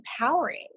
empowering